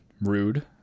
rude